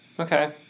Okay